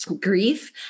grief